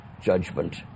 judgment